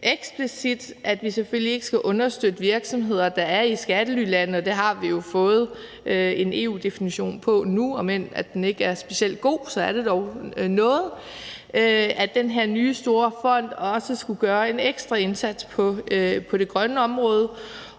ind, at vi selvfølgelig ikke skal understøtte virksomheder, der er i skattelylande, og det har vi jo nu fået en EU-definition på – og om end den ikke er specielt god, er det dog noget, at den her nye store fond også skal gøre en ekstra indsats på det grønne område.